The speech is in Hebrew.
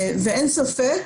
ואין ספק